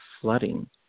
flooding